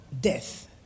death